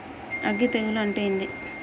అగ్గి తెగులు అంటే ఏంది?